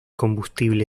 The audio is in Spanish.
combustible